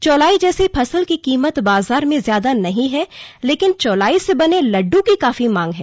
चौलाई जैसी फसल की कीमत बाजार में ज्यादा नहीं है लेकिन चौलाई से बने लड्ड की काफी मांग है